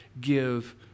give